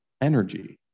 energy